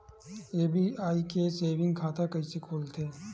SBI के saving खाता कइसे खोलथे?